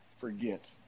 forget